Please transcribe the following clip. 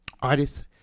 artists